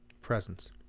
presence